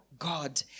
God